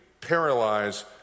paralyze